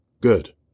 Good